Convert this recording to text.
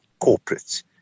corporates